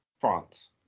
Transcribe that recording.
France